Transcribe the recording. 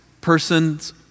person's